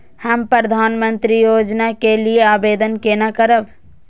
हम प्रधानमंत्री योजना के लिये आवेदन केना करब?